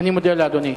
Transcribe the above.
אני מודה לאדוני.